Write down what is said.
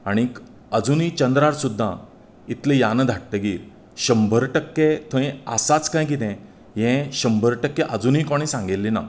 आनीक आजुनूय चंद्रार सुद्दा इतले यानां धाडटकीर शंबर टक्के थंय आसाच काय किदें हें शंबर टक्के आजुनूय कोणें सांगिल्लें ना